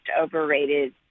overrated